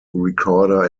recorder